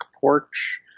porch